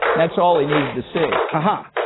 that's all he needed to say, huh?